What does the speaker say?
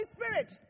Spirit